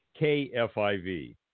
KFIV